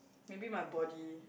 maybe my body